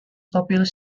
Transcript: populous